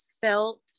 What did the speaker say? felt